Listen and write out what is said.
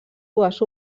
dues